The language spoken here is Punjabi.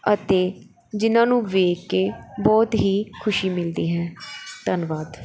ਅਤੇ ਜਿਹਨਾਂ ਨੂੰ ਵੇਖ ਕੇ ਬਹੁਤ ਹੀ ਖੁਸ਼ੀ ਮਿਲਦੀ ਹੈ ਧੰਨਵਾਦ